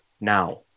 now